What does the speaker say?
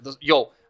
yo